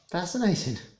Fascinating